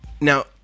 Now